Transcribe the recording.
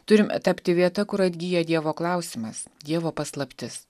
turim tapti vieta kur atgyja dievo klausimas dievo paslaptis